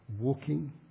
walking